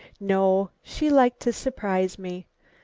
no, she liked to surprise me.